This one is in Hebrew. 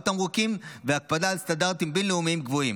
בתמרוקים והקפדה על סטנדרטים בין-לאומיים גבוהים.